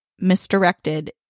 misdirected